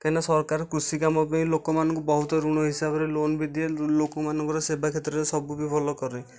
କାହିଁକି ନା ସରକାର କୃଷି କାମ ପାଇଁ ଲୋକମାନଙ୍କୁ ବହୁତ ଋଣ ହିସାବରେ ଲୋନ୍ ବି ଦିଏ ଲୋକମାନଙ୍କର ସେବା କ୍ଷେତ୍ରରେ ସବୁ ବି ଭଲ କରେ